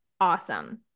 awesome